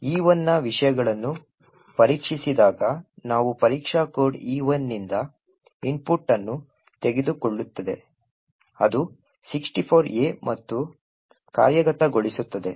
E1 ನ ವಿಷಯಗಳನ್ನು ಪರೀಕ್ಷಿಸಿದಾಗ ನಾವು ಪರೀಕ್ಷಾ ಕೋಡ್ E1 ನಿಂದ ಇನ್ಪುಟ್ ಅನ್ನು ತೆಗೆದುಕೊಳ್ಳುತ್ತದೆ ಅದು 64 A ಮತ್ತು ಕಾರ್ಯಗತಗೊಳಿಸುತ್ತದೆ